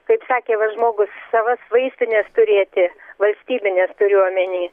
kaip sakė va žmogus savas vaistines turėti valstybines turiu omeny